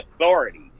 authority